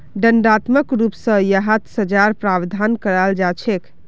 दण्डात्मक रूप स यहात सज़ार प्रावधान कराल जा छेक